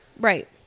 Right